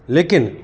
लेकिन